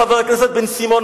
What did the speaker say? לחבר הכנסת בן-סימון,